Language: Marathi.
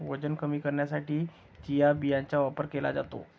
वजन कमी करण्यासाठी चिया बियांचा वापर केला जातो